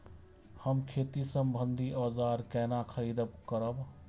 हम खेती सम्बन्धी औजार केना खरीद करब?